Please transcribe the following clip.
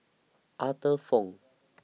Arthur Fong